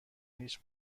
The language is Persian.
هیچ